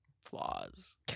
flaws